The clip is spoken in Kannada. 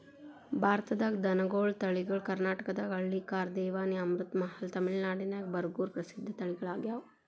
ಭಾರತದಾಗ ದನಗೋಳ ತಳಿಗಳು ಕರ್ನಾಟಕದಾಗ ಹಳ್ಳಿಕಾರ್, ದೇವನಿ, ಅಮೃತಮಹಲ್, ತಮಿಳನಾಡಿನ್ಯಾಗ ಬರಗೂರು ಪ್ರಸಿದ್ಧ ತಳಿಗಳಗ್ಯಾವ